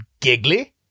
giggly